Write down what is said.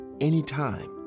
Anytime